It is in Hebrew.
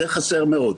זה חסר מאוד.